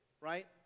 right